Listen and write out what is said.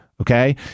Okay